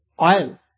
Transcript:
oil